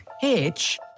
pitch